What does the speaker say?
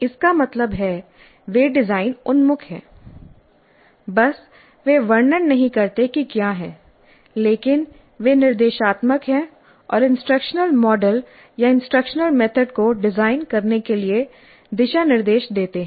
इसका मतलब है वे डिजाइन उन्मुख हैं बस वे वर्णन नहीं करते कि क्या है लेकिन वे निर्देशात्मक हैं और इंस्ट्रक्शनल मॉडल या इंस्ट्रक्शनल मेथड को डिजाइन करने के लिए दिशानिर्देश देते हैं